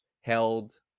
held